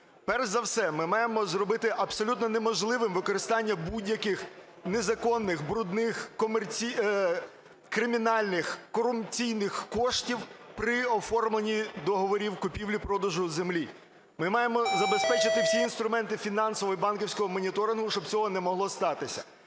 Перш за все ми маємо зробити абсолютно неможливим використання будь-яких незаконних, брудних, кримінальних, корупційних коштів при оформленні договорів купівлі-продажу землі. Ми маємо забезпечити всі інструменти фінансового і банківського моніторингу, щоб цього не могло статися.